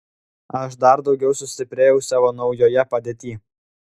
aš dar daugiau sustiprėjau savo naujoje padėtyj